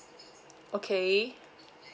okay